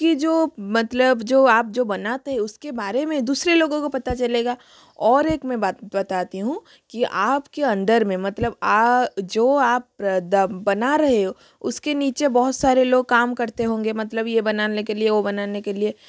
कि जो मतलब जो आप जो बनाते हैं उसके बारे में दूसरे लोगों को पता चलेगा और एक मैं बात बताती हूँ कि आपके अंदर में मतलब जो आप बना रहे हो उसके नीचे बहुत सारे लोग काम करते होंगे मतलब ये बनाने के लिए ओ बनाने के लिए